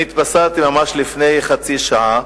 לפני חצי שעה